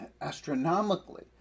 Astronomically